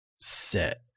set